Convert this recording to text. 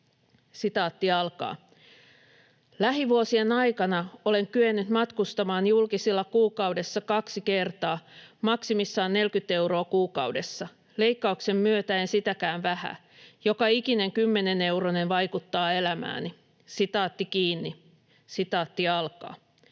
yhteiskuntaa?" "Lähivuosien aikana olen kyennyt matkustamaan julkisilla kuukaudessa kaksi kertaa, maksimissaan 40 euroa kuukaudessa, leikkauksen myötä en sitäkään vähää. Joka ikinen kymmeneuronen vaikuttaa elämääni." "Olen opiskelija, ja